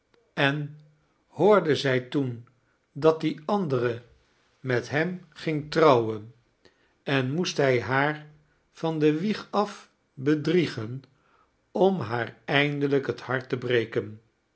en hoorde zij toen dat die andere met hem ging brouwen en moest hij haar van de wieg af bedriegen om haar eindelijk het hart te brekeai